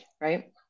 right